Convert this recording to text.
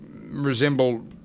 resemble